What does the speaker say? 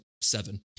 seven